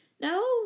No